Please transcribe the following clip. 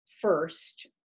first